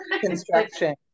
Construction